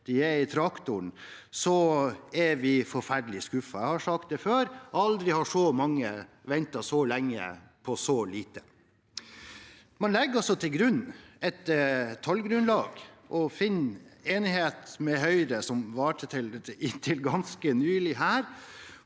de er i traktoren – er vi forferdelig skuffet. Jeg har sagt det før: Aldri har så mange ventet så lenge på så lite. Man legger altså til grunn et tallgrunnlag og finner en enighet med Høyre, som varte inntil ganske nylig,